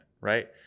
right